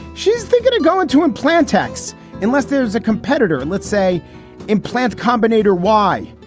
she's thinking to go into implant tax unless there's a competitor, let's say implant combinator. why?